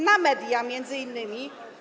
Na media między innymi.